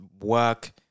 work